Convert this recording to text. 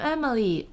Emily